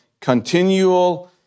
continual